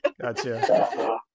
Gotcha